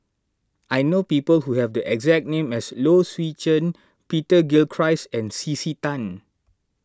I know people who have the exact name as Low Swee Chen Peter Gilchrist and C C Tan